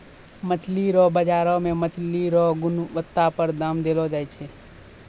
मछली रो बाजार मे मछली रो गुणबत्ता पर दाम देलो जाय छै